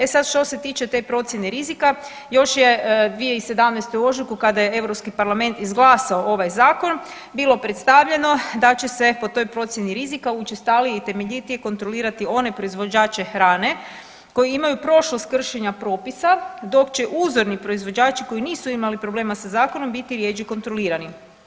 E sad što se tiče te procjene rizika još je 2017. u ožujku kada je Europski parlament izglasao ovaj zakon bilo predstavljeno da će se po toj procjeni rizika učestalije i temeljitije kontrolirati one proizvođače hrane koji imaju prošlost kršenja propisa dok će uzorni proizvođači koji nisu imali problema sa zakonom biti rjeđe kontrolirani.